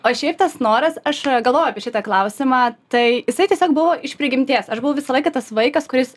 o šiaip tas noras aš galvojau apie šitą klausimą tai jisai tiesiog buvo iš prigimties aš buvau visą laiką tas vaikas kuris